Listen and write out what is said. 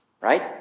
right